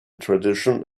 tradition